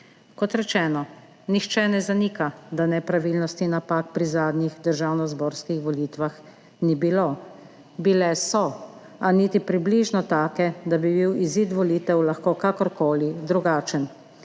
Kot rečeno, nihče ne zanika, da nepravilnosti, napak pri zadnjih državnozborskih volitvah ni bil. Bile so, a niti približno take, da bi bil izid volitev lahko kakorkoli drugačen.